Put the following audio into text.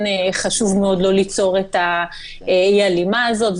חשוב מאוד לא ליצור את האי-הלימה הזאת,